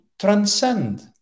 transcend